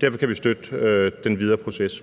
Derfor kan vi støtte den videre proces.